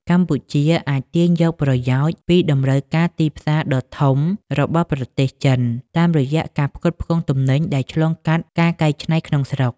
កម្ពុជាអាចទាញយកប្រយោជន៍ពីតម្រូវការទីផ្សារដ៏ធំរបស់ប្រទេសចិន តាមរយៈការផ្គត់ផ្គង់ទំនិញដែលឆ្លងកាត់ការកែច្នៃក្នុងស្រុក។